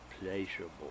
pleasurable